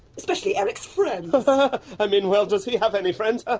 especially eric's friends. but i mean, well, does he have any friends? ah